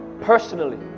personally